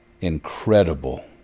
incredible